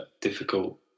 difficult